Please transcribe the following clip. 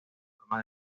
forma